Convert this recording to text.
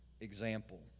example